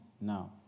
now